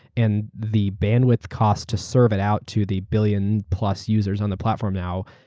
and the bandwidth cost to serve it out to the billion-plus users on the platform now,